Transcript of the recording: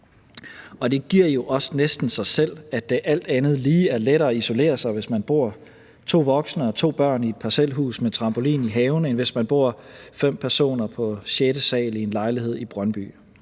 Det giver jo også næsten sig selv, at det alt andet lige er lettere at isolere sig, hvis man bor to voksne og to børn i et parcelhus med trampolin i haven, end hvis man bor fem personer på sjette sal i en lejlighed i Brøndby.